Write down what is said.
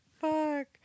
Fuck